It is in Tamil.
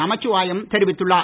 நமசிவாயம் தெரிவித்துள்ளார்